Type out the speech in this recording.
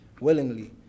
willingly